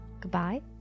Goodbye